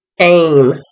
aim